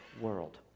world